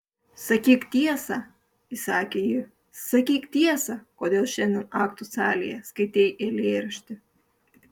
sakyk tiesą įsakė ji sakyk tiesą kodėl šiandien aktų salėje skaitei eilėraštį